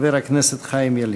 חבר הכנסת חיים ילין.